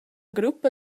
gruppa